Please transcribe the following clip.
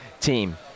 team